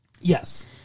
Yes